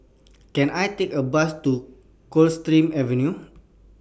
Can I Take A Bus to Coldstream Avenue